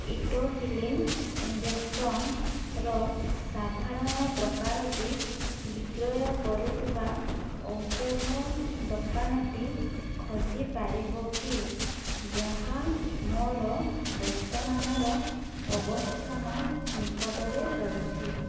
etophylline ଇଞ୍ଜେକ୍ସନ୍ର ସାଧାରଣ ପ୍ରକାରଟି ବିକ୍ରୟ କରୁଥିବା ଔଷଧ ଦୋକାନଟି ଖୋଜିପାରିବ କି ଯାହା ମୋର ବର୍ତ୍ତମାନର ଅବସ୍ଥାନ ନିକଟରେ ରହିଛି